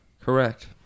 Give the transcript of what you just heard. Correct